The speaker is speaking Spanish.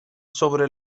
sobre